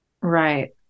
right